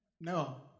No